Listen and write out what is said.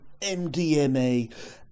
MDMA